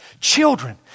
Children